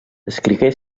escrigué